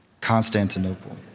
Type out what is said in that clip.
Constantinople